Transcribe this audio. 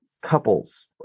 couples